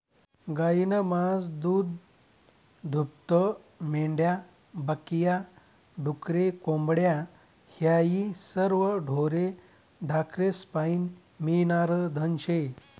गायनं मास, दूधदूभतं, मेंढ्या बक या, डुकरे, कोंबड्या हायी सरवं ढोरे ढाकरेस्पाईन मियनारं धन शे